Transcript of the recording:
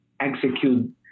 execute